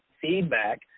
feedback